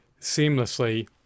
seamlessly